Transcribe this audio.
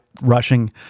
rushing